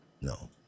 No